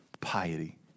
piety